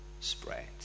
spread